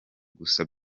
gusa